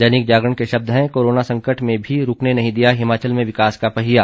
दैनिक जागरण के शब्द हैं कोरोना संकट में भी रूकने नहीं दिया हिमाचल में विकास का पहिया